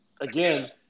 again